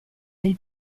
del